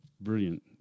Brilliant